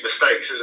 mistakes